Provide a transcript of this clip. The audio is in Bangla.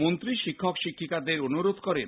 মন্ত্রী শিক্ষক শিক্ষিকাদের অনুরোধ করেন